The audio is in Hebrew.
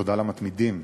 תודה למתמידים.